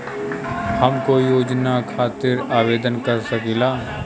हम कोई योजना खातिर आवेदन कर सकीला?